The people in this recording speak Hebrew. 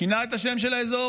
שינה את השם של האזור.